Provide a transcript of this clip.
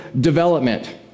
development